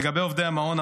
לגבי עובדי המעון,